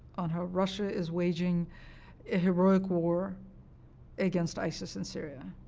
on how russia is waging a heroic war against isis and syria,